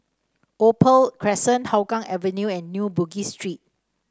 Opal Crescent Hougang Avenue and New Bugis Street